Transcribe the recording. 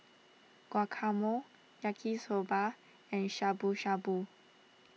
Guacamole Yaki Soba and Shabu Shabu